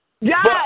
Yes